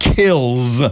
kills